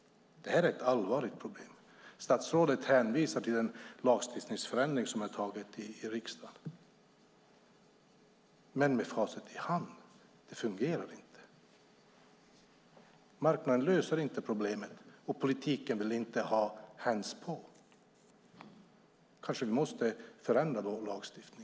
Det här är ett allvarligt problem. Statsrådet hänvisar till den lagstiftningsförändring som det har tagits beslut om i riksdagen. Men med facit i hand kan man se att det inte fungerar. Marknaden löser inte problemet, och politiken vill inte ha hands on. Kanske måste vi förändra vår lagstiftning.